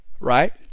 Right